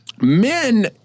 Men